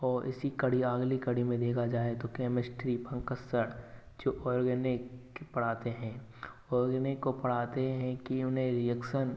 और इसी कड़ी अगली कड़ी में देखा जाए तो केमिस्ट्री पंकज सर जो ऑर्गेनिक पढ़ाते हैं ऑर्गेनिक को पढ़ाते हैं कि उन्हें रिएक्शन